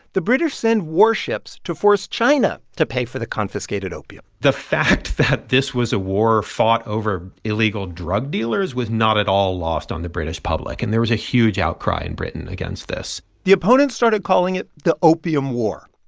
the british send warships to force china to pay for the confiscated opium the fact that this was a war fought over illegal drug dealers was not at all lost on the british public, and there was a huge outcry in britain against this the opponents started calling it the opium war,